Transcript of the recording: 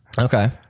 Okay